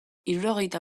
hirurogeita